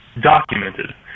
documented